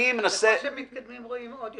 ככל שמתקדמים רואים עוד יותר.